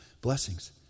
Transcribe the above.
blessings